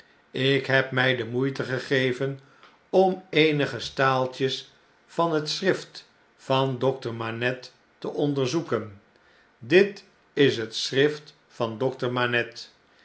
ik heb mij de moeite gegeven om eenige staaltjes van het schrift van dokter manette te onderzoeken dit is het schrift van dokter manette